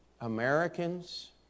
Americans